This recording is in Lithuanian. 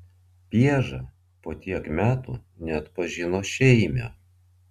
pieža po tiek metų neatpažino šeimio